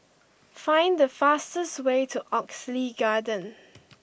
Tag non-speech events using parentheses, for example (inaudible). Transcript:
(noise) find the fastest way to Oxley Garden